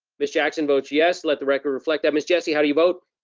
miss jackson votes yes let the record reflect that. miss jessie, how do you vote?